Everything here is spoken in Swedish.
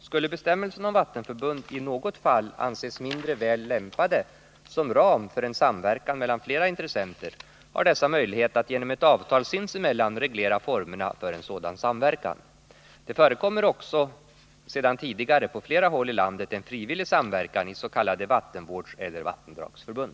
Skulle bestämmelserna om vattenförbund i något fall anses mindre väl lämpade som ram för en samverkan mellan flera intressenter, har dessa möjlighet att genom ett avtal sinsemellan reglera formerna för en sådan samverkan. Det förekommer också sedan tidigare på flera håll i landet en frivillig samverkan i s.k. vattenvårdseller vattendragsförbund.